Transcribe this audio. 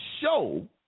show